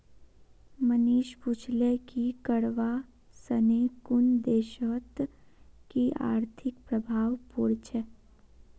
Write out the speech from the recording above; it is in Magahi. मनीष पूछले कि करवा सने कुन देशत कि आर्थिक प्रभाव पोर छेक